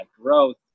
growth